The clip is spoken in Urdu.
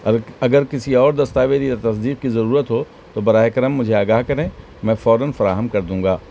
اگر کسی اور دستاویز یا تصدیق کی ضرورت ہو تو برائے کرم مجھے آگاہ کریں میں فوراً فراہم کر دوں گا